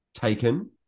taken